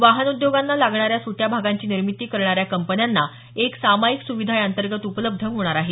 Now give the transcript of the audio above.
वाहन उद्योगांना लागणाऱ्या सुट्या भागांची निर्मीती करणाऱ्या कंपन्याना एक सामायिक सुविधा या अंतर्गत उपलब्ध होणार आहे